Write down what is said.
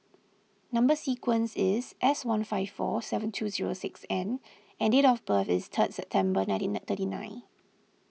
Number Sequence is S one five four seven two zero six N and date of birth is three September nineteen thirty nine